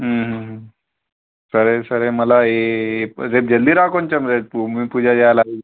సరే సరే మరి రేపు జల్ది రా కొంచెం రేపు మేము పూజ చెయ్యాలీ